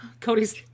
cody's